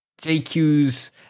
JQ's